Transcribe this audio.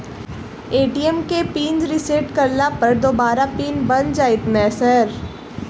ATM केँ pin reset करला पर दोबारा पिन बन जाइत नै सर?